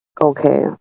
Okay